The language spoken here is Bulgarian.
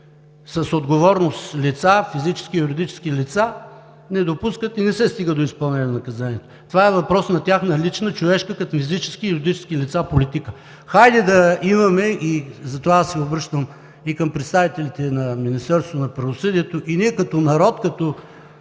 с отговорност физически, юридически лица не допускат и не се стига до изпълнение на наказанието. Това е въпрос на тяхна лична, човешка, като физически и юридически лица, политика. Хайде да имаме, затова се обръщам и към представителите на Министерството на правосъдието, и ние като народ, като